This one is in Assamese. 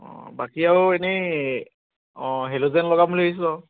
অঁ বাকী আৰু এনেই অঁ হেল্ল'জেন লগাম বুলি ভাহিছোঁ আৰু